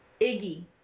Iggy